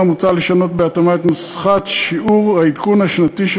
מוצע לשנות בהתאמה את נוסחת שיעור העדכון השנתי של